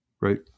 Right